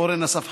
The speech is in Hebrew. אורן אסף חזן,